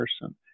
person